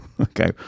Okay